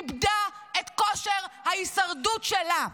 איבדה את כושר ההישרדות שלה.